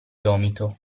gomito